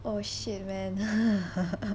oh shit man